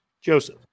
Joseph